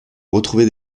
retrouvait